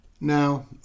Now